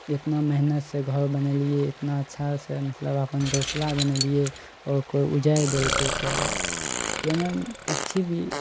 एतना मेहनतसँ घर बनेलियै इतना अच्छासँ मतलब आपन घोसला बनेलियइ आओर कोइ उजारि देलकइ तब जाहिमे पक्षी भी